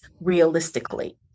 realistically